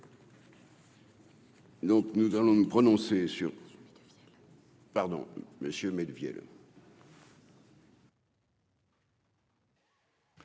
Donc nous allons nous prononcer sur pardon Monsieur Melville.